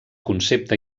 concepte